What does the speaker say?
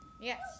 Yes